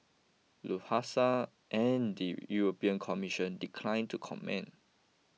Lufthansa and the European Commission decline to comment